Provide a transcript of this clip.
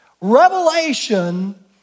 Revelation